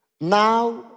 now